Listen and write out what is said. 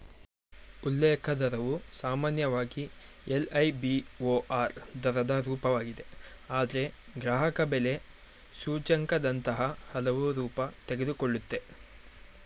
ಉಲ್ಲೇಖ ದರವು ಸಾಮಾನ್ಯವಾಗಿ ಎಲ್.ಐ.ಬಿ.ಓ.ಆರ್ ದರದ ರೂಪವಾಗಿದೆ ಆದ್ರೆ ಗ್ರಾಹಕಬೆಲೆ ಸೂಚ್ಯಂಕದಂತಹ ಹಲವು ರೂಪ ತೆಗೆದುಕೊಳ್ಳುತ್ತೆ